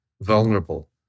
vulnerable